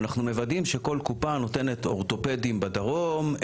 ואנחנו מוודאים שכל קופה נותנת אורתופדים בדרום,